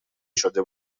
شده